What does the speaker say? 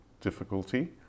difficulty